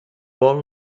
vol